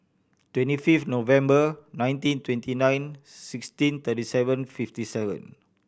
twenty fifth November nineteen twenty nine sixteen thirty seven fifty seven